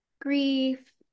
Grief